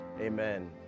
amen